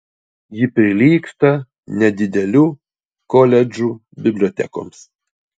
ji prilygsta nedidelių koledžų bibliotekoms